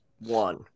one